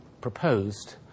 proposed